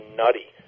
nutty